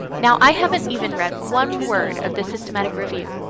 now i haven't even read one word of the systematic review,